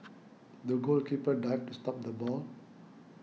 the goalkeeper dived to stop the ball